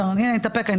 בסדר, אתאפק.